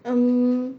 um